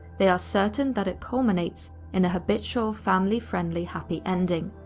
they are certain that it culminates in a habitual, family-friendly happy ending.